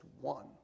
one